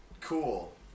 cool